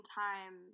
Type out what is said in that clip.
time